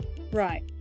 Right